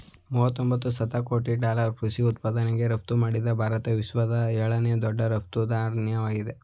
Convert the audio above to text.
ಮೂವತೊಂಬತ್ತು ಶತಕೋಟಿ ಡಾಲರ್ ಕೃಷಿ ಉತ್ಪನ್ನ ರಫ್ತುಮಾಡಿ ಭಾರತ ವಿಶ್ವದ ಏಳನೇ ದೊಡ್ಡ ರಫ್ತುದಾರ್ನಾಗಿದೆ